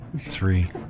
Three